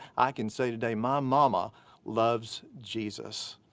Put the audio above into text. i can say today my mama loves jesus.